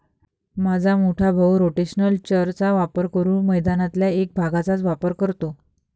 माझा मोठा भाऊ रोटेशनल चर चा वापर करून मैदानातल्या एक भागचाच वापर करतो